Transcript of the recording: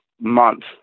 month